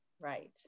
Right